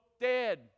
dead